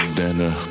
dinner